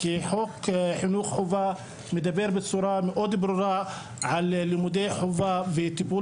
כי חוק חינוך חובה מדבר בצורה ברורה מאוד על לימודי חובה וטיפול